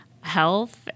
health